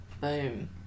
Boom